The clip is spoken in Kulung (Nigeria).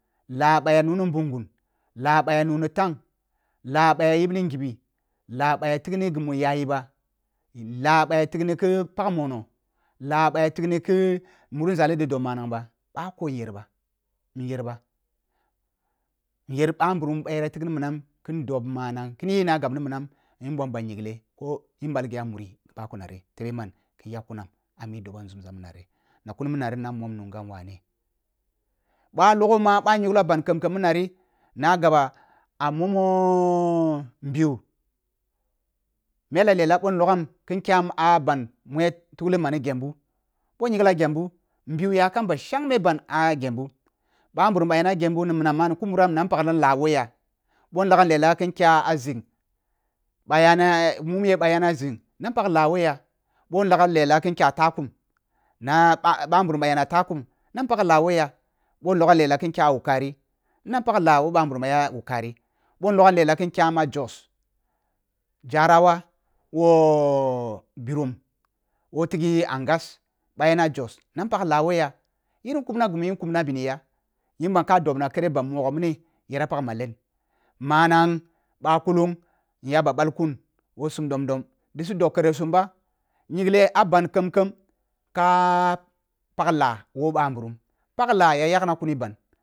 La ɓa ya nuni nbungun la ɓa ya nuni tang la ɓa ya yib ni ngibi la ba ya figni gimi yayi ba la ɓa ya tigni ki pag mono la ɓa ya tigni ki muri zalidob manang ba ɓako nyer ba-nyer ba nyer ɓanburum ba yere tigni muna kin dob manang kiniyi na gabnì minam yin bom ba nyingle boh nɓal ghi ah muri bako nari tebe man ki yak kumam ami dobo nzumza mini nari na’kuni mi ni nari na moni nungham wane boh a logho ma ɓah nyingla ban khem-khem muninari na gaba a momo nbiu mele lela boh nlogham kin kyam a ban mu ya tugii mani gembu bəh nyinglam ah gembu nbiu yakam ba shangne ban ah gembu ɓa nburum ba yana gembu na minam ma ni ƙu muram na nfak na la woh ya boh in logham lela kin kya zing ɓa yanna mumuye ɓa yani a zing na npak la woh ya boh logham lela kun kya takyu na ɓa-ɓanburum ɓah yana fakum na noak la woh ya boh logham lela kin kya wukari na npak la woh ɓah nburum mu ya na wukari boh logham lua kin kyam ajos jarawa woh ɓirum woh fighi angas ba yana jos na npag i a win ya yirin kwana ghi mun kumna bini ya yimba ha dobya kare ba mogho mini yera pas melan manag ba kullung nya ba ɓal kun moh sum dombom ɗi su don khare sum ba nyingla a ban kam kam ka pag la won ɓa nburum pag la ya yagua kuni ban.